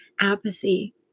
apathy